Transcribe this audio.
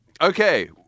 Okay